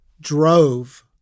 drove